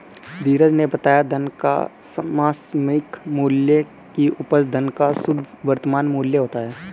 धीरज ने बताया धन का समसामयिक मूल्य की उपज धन का शुद्ध वर्तमान मूल्य होता है